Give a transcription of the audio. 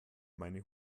meine